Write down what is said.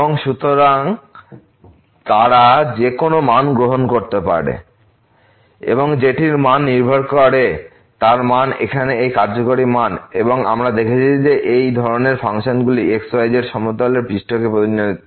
সুতরাং তারা যে কোন মান গ্রহণ করতে পারে এবং এটি যেটির মান নির্ভর করে তার মানে এখানে এই কার্যকরী মান এবং আমরা দেখেছি যে এই ধরনের ফাংশনগুলি xyz সমতলে পৃষ্ঠকে প্রতিনিধিত্ব করে